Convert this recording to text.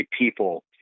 people